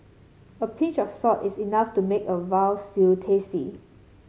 a pinch of salt is enough to make a veal stew tasty